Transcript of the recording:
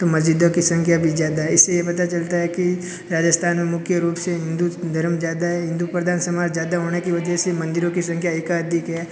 मस्जिदों की संख्या भी ज़्यादा है इससे यह पता चलता है कि राजस्थान में मुख्य रूप से हिंदू धर्म ज़्याता है हिन्दू प्रधान समाज ज़्यादा होने की वजह से मंदिरों की संख्या एका अधिक है